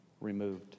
removed